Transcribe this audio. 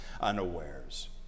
unawares